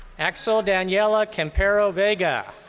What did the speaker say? axel daniela campera vega.